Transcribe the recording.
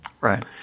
Right